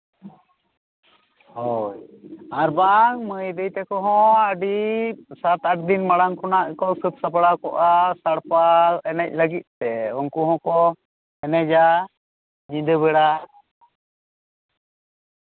ᱦᱳᱭ ᱟᱨ ᱵᱟᱝ ᱢᱟᱹᱭ ᱫᱟᱹᱭ ᱛᱟᱠᱚ ᱦᱚᱸ ᱟᱹᱰᱤ ᱥᱟᱛ ᱟᱴ ᱫᱤᱱ ᱢᱟᱲᱟᱝ ᱠᱷᱚᱱᱟᱜ ᱠᱚ ᱥᱟᱯᱲᱟᱣ ᱠᱚᱜᱼᱟ ᱥᱟᱲᱯᱟ ᱮᱱᱮᱡ ᱞᱟᱹᱜᱤᱫᱛᱮ ᱩᱱᱠᱩ ᱦᱚᱸᱠᱚ ᱮᱱᱮᱡᱟ ᱧᱤᱫᱟᱹ ᱵᱮᱲᱟ